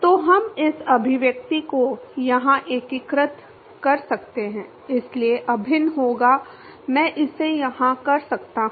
तो हम इस अभिव्यक्ति को यहां एकीकृत कर सकते हैं इसलिए अभिन्न होगा मैं इसे यहां कर सकता हूं